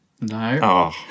No